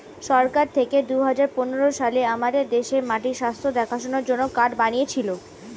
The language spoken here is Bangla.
সরকার থেকে দুহাজার পনেরো সালে আমাদের দেশে মাটির স্বাস্থ্য দেখাশোনার জন্যে কার্ড বানিয়েছিলো